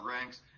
ranks